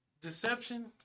deception